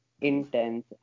intense